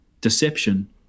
deception